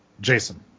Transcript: Jason